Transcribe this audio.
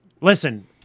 listen